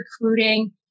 recruiting